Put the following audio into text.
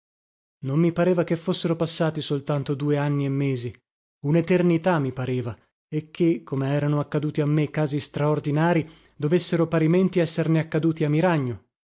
non mi pareva che fossero passati soltanto due anni e mesi uneternità mi pareva e che come erano accaduti a me casi straordinarii dovessero parimenti esserne